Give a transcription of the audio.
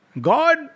God